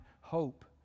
hope